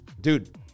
dude